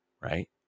right